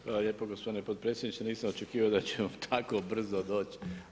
Hvala lijepo gospodine potpredsjedniče, nisam očekivao da ćemo tako brzo doći.